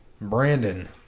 Brandon